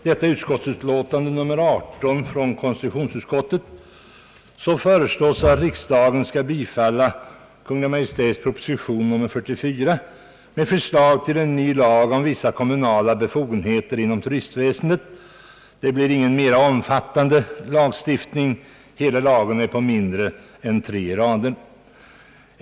Herr talman! I konstitutionsutskottets utlåtande nr 18 föreslås att riksdagen skall bifalla Kungl. Maj:ts proposition nr 44 med förslag till en ny lag om vissa kommunala befogenheter inom turistväsendet. Det blir ingen mera omfattande lagstiftning. Hela lagen är mindre än tre rader lång.